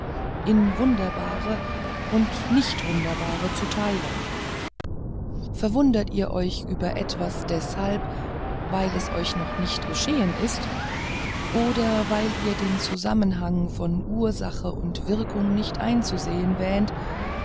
in wunderbare und nicht wunderbare zu teilen verwundert ihr euch über etwas deshalb weil es euch noch nicht geschehen ist oder weil ihr den zusammenhang von ursache und wirkung nicht einzusehen wähnt